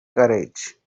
courage